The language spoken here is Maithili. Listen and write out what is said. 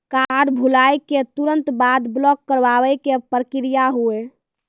कार्ड भुलाए के तुरंत बाद ब्लॉक करवाए के का प्रक्रिया हुई?